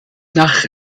nach